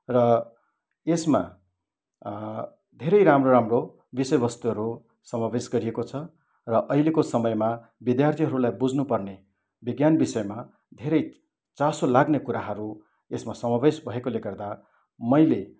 र यसमा धेरै राम्रो राम्रो विषय वस्तुहरू समावेश गरिएको छ र अहिलेको समयमा विद्यार्थीहरूलाई बुझ्नु पर्ने विज्ञान विषयमा धेरै चासो लाग्ने कुराहरू यसमा समावेश भएकोले गर्दा मैले